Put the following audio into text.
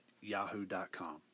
yahoo.com